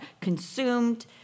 consumed